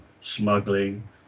smuggling